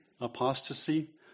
apostasy